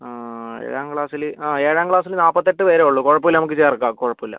ആ ഏഴാം ക്ലാസ്സിൽ ആ ഏഴാം ക്ലാസ്സിൽ നാൽപ്പത്തെട്ട് പേരെ ഉള്ളൂ കുഴപ്പം ഇല്ല നമുക്ക് ചേർക്കാം കുഴപ്പം ഇല്ല